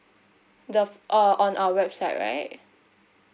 the uh on our website right